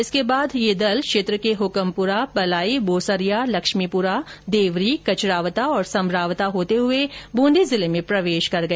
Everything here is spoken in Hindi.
उसके बाद टिड्डियों का दल क्षेत्र के हुकमपुरा पलाई बोसरियां लक्ष्मीपुरा देवरी कचरावता और समरावता होते हुए बूंदी जिले में प्रवेश कर गया